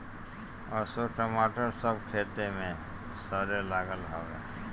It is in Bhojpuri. असो टमाटर सब खेते में सरे लागल हवे